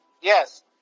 Yes